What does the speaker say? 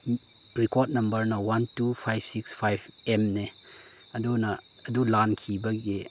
record ꯅꯝꯕꯔꯅ one two five six five ꯑꯦꯝꯅꯦ ꯑꯗꯨꯅ ꯑꯗꯨ ꯂꯥꯟꯈꯤꯕꯒꯤ